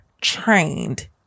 trained